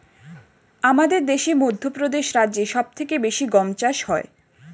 আমাদের দেশে মধ্যপ্রদেশ রাজ্যে সব থেকে বেশি গম চাষ হয়